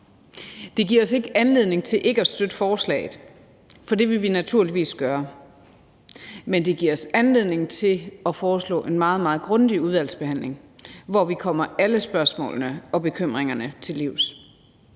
Det giver os ikke anledning til ikke at støtte forslaget, for det vil vi naturligvis gøre. Men det giver os anledning til at foreslå en meget, meget grundig udvalgsbehandling, hvor vi kommer alle spørgsmålene igennem og alle bekymringerne til livs.